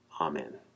Amen